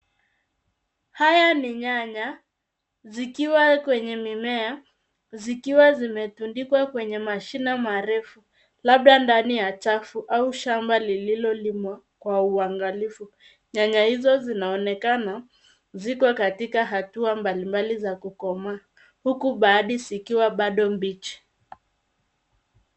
Haya ni nyanya zikiwa kwenye mimea, zikiwa zimetundikwa kwenye mashina marefu, labda ndani ya chafu au shamba liliolimwa kwa uangalifu. Nyanya hizo zinaonekana ziko katika hatua mbalimbali za kukomaa, huku baadhi zikiwa bado mbichi.